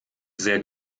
sehr